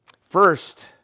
First